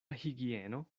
higieno